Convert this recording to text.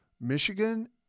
Michigan